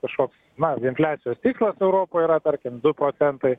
kažkoks na infliacijos tikslas europoje yra tarkim du procentai